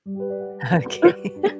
Okay